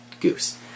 goose